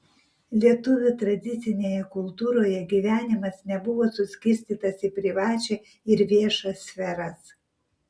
lietuvių tradicinėje kultūroje gyvenimas nebuvo suskirstytas į privačią ir viešą sferas